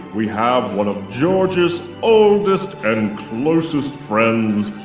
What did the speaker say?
we have one of george's oldest and closest friends,